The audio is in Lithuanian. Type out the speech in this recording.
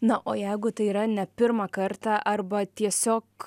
na o jeigu tai yra ne pirmą kartą arba tiesiog